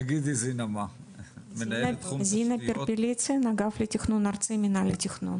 זינה פרפליצין אגף לתכנון ארצי, מנהל התכנון.